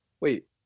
Wait